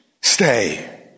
stay